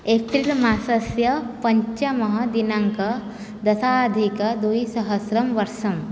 April मासस्य पञ्चमः दिनाङ्कः दशाधिकद्विसहस्रं वर्षं